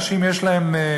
לאנשים יש דירה,